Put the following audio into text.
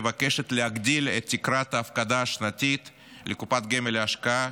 מבקשת להגדיל את תקרת ההפקדה השנתית לקופת גמל להשקעה